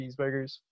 cheeseburgers